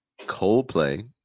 Coldplay